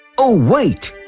oh wait!